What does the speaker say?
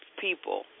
people